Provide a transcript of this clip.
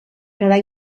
quedar